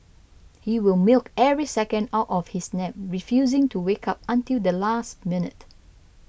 he will milk every second out of his nap refusing to wake up until the last minute